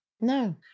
No